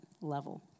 level